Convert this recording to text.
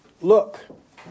Look